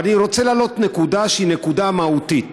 אבל אני רוצה להעלות נקודה שהיא נקודה מהותית: